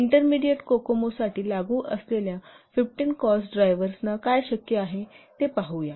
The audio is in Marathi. इंटरमीडिएट कोकोमो साठी लागू असलेल्या 15 कॉस्ट ड्रायव्हर्स ना काय शक्य आहे ते पाहूया